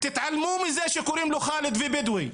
תתעלמו מזה שקוראים לו חאלד והוא בדואי,